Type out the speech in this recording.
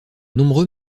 nombreux